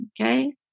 okay